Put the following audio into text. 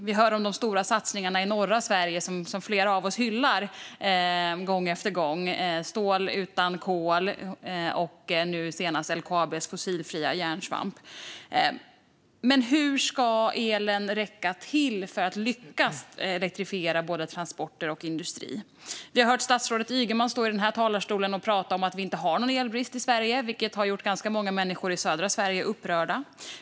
Vi hör om de stora satsningarna i norra Sverige som flera av oss hyllar gång efter gång: stål utan kol och nu senast LKAB:s fossilfria järnsvamp. Hur ska elen räcka till för att elektrifiera både transporter och industri? Vi har hört statsrådet Ygeman stå i den här talarstolen och prata om att vi inte har någon elbrist i Sverige, vilket har gjort ganska många människor i södra Sverige upprörda.